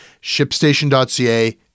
shipstation.ca